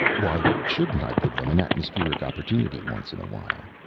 why shouldn't i give them an atmospheric opportunity once in a while?